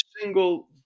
single